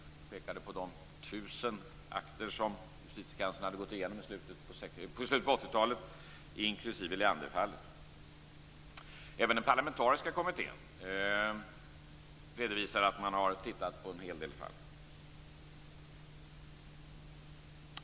Hon pekade på de 1 000 akter som justitiekanslern hade gått igenom i slutet av 80-talet, inklusive Leanderfallet. Även den parlamentariska kommittén redovisar att man har tittat på en hel del fall.